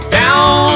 down